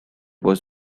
was